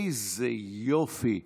איזה יופי.